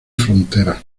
fronteras